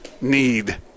need